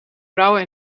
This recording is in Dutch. vrouwen